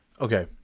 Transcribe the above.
Okay